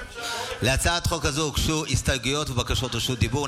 להצעת החוק הזו הוגשו הסתייגויות ובקשת רשות דיבור.